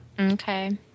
Okay